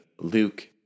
Luke